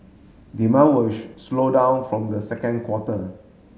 demand will slow down from the second quarter